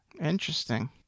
interesting